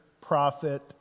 prophet